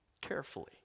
carefully